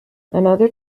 another